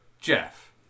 Jeff